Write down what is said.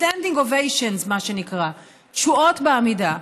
Standing Ovations, מה שנקרא, תשואות בעמידה.